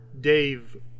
dave